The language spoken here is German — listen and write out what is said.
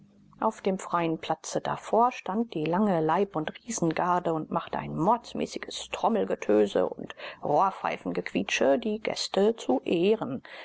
auf dem freien platze davor stand die lange leib und riesengarde und machte ein mordsmäßiges trommelgetöse und rohrpfeifengequietsche die gäste zu ehren